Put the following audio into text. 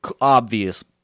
obvious